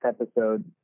episode